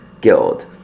guild